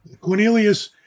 Cornelius